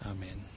Amen